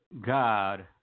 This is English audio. God